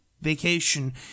vacation